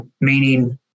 meaning